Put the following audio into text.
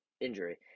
injury